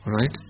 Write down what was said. right